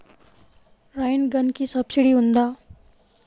Rain గన్కి subsidy ఉందా?